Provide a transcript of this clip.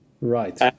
right